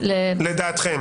לדעתכם.